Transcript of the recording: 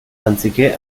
anziché